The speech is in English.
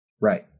Right